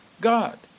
God